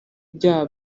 byaha